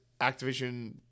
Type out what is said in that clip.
Activision